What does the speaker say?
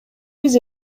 биз